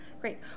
Great